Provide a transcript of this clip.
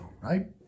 right